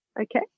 okay